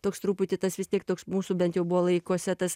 toks truputį tas vis tiek toks mūsų bent jau buvo laikuose tas